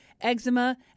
eczema